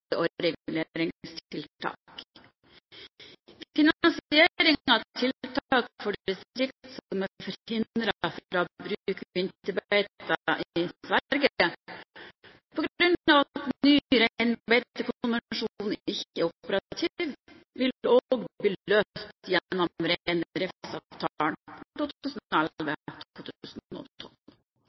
Finansiering av tiltak for distrikt som er forhindret fra å bruke vinterbeiter i Sverige på grunn av at ny reinbeitekonvensjon ikke er operativ, vil også bli løst gjennom